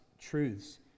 truths